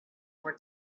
more